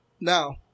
Now